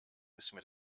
müssen